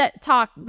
talk